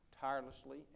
tirelessly